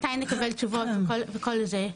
מתי נקבל תשובות וכל זה,